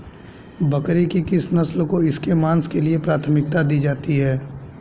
बकरी की किस नस्ल को इसके मांस के लिए प्राथमिकता दी जाती है?